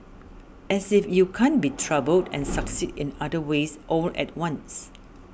as if you can't be troubled and succeed in other ways all at once